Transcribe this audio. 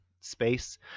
space